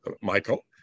Michael